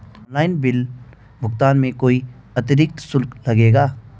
Online bill भुगतान में कोई अतिरिक्त शुल्क लगेगा?